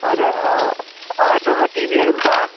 हजुर हर रुममा टिभीहरू पनि छ